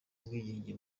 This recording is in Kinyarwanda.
w’ubwigenge